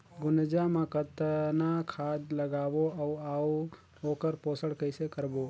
गुनजा मा कतना खाद लगाबो अउ आऊ ओकर पोषण कइसे करबो?